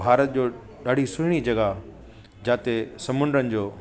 भारत जो ॾाढी सुहिणी जगहा जाते समूंडनि जो